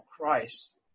Christ